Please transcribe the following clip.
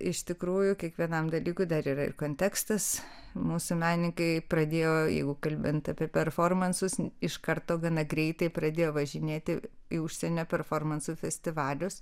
iš tikrųjų kiekvienam dalykui dar yra ir kontekstas mūsų menininkai pradėjo jeigu kalbant apie performansus iš karto gana greitai pradėjo važinėti į užsienio performansų festivalius